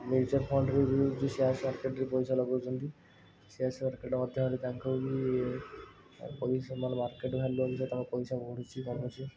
mutual ଫଣ୍ଡ୍ରେ ବି ଯେଉଁ ସେୟାର୍ସ ମାର୍କେଟ୍ରେ ପଇସା ଲଗାଉଛନ୍ତି ସେୟାର୍ସ ମାର୍କେଟ୍ ମଧ୍ୟରେ ତାଙ୍କୁ ବି ପଇସା ଭଲ ମାର୍କେଟ୍ ଭ୍ୟାଲୁ ଅନୁସାରେ ତାଙ୍କ ପଇସା ବଢ଼ୁଛି କମୁଛି